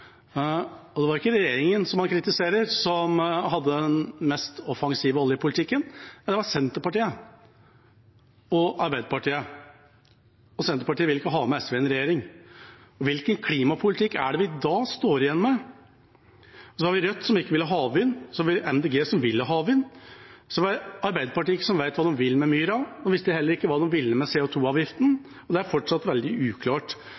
Og det var ikke regjeringa man kritiserte, som hadde den mest offensive oljepolitikken, men det var Senterpartiet og Arbeiderpartiet. Senterpartiet vil ikke ha med SV i en regjering. Hvilken klimapolitikk er det vi da står igjen med? Så har vi Rødt, som ikke vil ha havvind. Og så har vi Miljøpartiet De Grønne som vil ha havvind. Så har vi Arbeiderpartiet, som ikke vet hva de vil med myra – de visste heller ikke hva de ville med